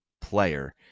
player